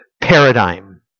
paradigm